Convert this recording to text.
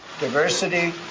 diversity